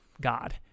God